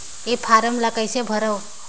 ये फारम ला कइसे भरो?